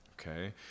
okay